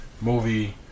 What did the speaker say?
movie